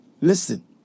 listen